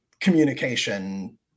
communication